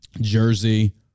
Jersey